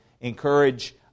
encourage